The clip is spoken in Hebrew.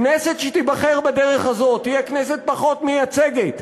כנסת שתיבחר בדרך הזאת תהיה כנסת פחות מייצגת,